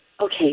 okay